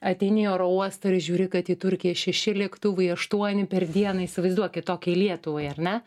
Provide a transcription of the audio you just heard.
ateini į oro uostą ir žiūri kad į turkiją šeši lėktuvai aštuoni per dieną įsivaizduokit tokiai lietuvai ar ne